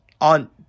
on